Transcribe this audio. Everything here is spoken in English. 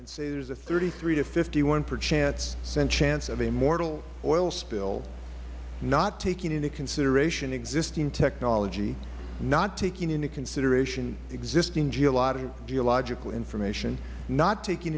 and say there is a thirty three to fifty one percent chance of a mortal oil spill not taking into consideration existing technology not taking into consideration existing geological information not tak